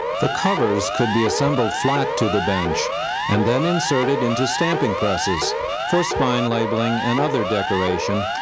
the covers could be assembled flat to the bench and then inserted into stamping presses for spine labeling and other decoration,